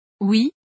Oui